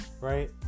right